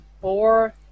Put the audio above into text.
four